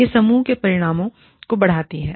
यह समूह के परिणामों को बढ़ाती है